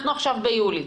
אנחנו עכשיו ביולי.